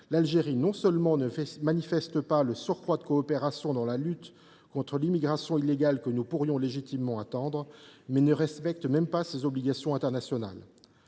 l’Algérie ne fournit pas le surcroît de coopération dans la lutte contre l’immigration illégale que nous pourrions légitimement attendre, mais elle ne respecte même pas ses obligations internationales.